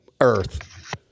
Earth